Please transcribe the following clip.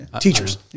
Teachers